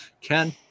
Ken